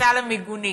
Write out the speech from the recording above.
בכניסה למיגונית.